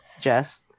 Jess